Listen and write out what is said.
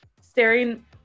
staring